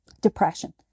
depression